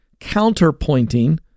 counterpointing